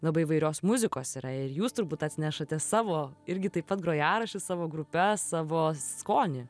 labai įvairios muzikos yra ir jūs turbūt atnešate savo irgi taip pat grojaraščius savo grupes savo skonį